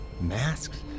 masks